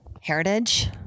Heritage